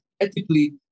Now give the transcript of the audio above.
ethically